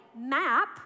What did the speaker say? map